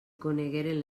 conegueren